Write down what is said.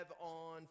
on